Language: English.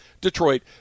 Detroit